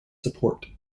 support